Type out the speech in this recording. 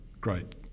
great